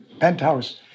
Penthouse